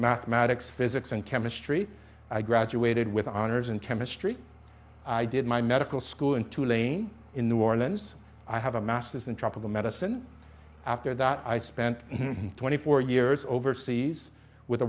mathematics physics and chemistry i graduated with honors in chemistry i did my medical school in tulane in new orleans i have a masters in tropical medicine after that i spent twenty four years overseas with